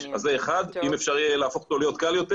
אם אפשר יהיה להפוך אותו להיות קל יותר